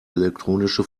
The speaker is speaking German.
elektronische